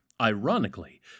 ironically